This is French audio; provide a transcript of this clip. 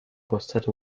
constate